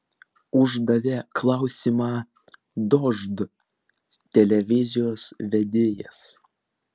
uždavė klausimą dožd televizijos vedėjas